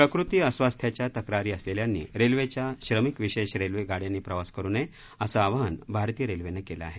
प्रकृती अस्वास्थ्याच्या तक्रारी असलेल्यांनी रेल्वेच्या श्रमिक विशेष रेल्वे गाड्यांनी प्रवास करु नये असं आवाहन भारतीय रेल्वेनं केलं आहे